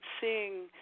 seeing